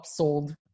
upsold